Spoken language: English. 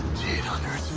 eight hundred